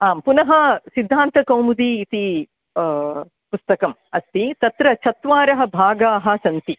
आं पुनः सिद्धान्तकौमुदी इति पुस्तकम् अस्ति तत्र चत्वारः भागाः सन्ति